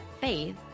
faith